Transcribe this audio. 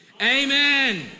Amen